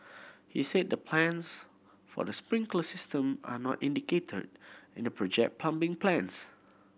he said the plans for the sprinkler system are not indicated in the project plumbing plans